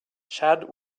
chad